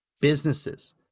businesses